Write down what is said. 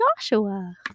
joshua